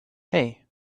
hey